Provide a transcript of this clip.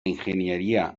ingeniería